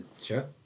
sure